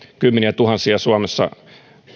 kymmenettuhannet aikuiset suomessa